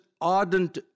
ardent